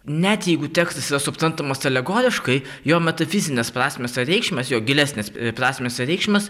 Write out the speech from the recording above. net jeigu tekstas yra suprantamas alegoriškai jo metafizinės prasmės ar reikšmės jo gilesnės prasmės ar reikšmės